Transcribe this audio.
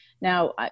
Now